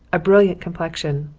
a brilliant complexion,